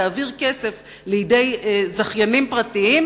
תעביר כסף לידי זכיינים פרטיים,